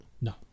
No